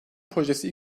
projesi